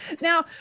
now